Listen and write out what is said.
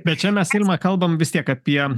bet čia mes ilma kalbam vis tiek apie